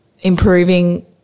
improving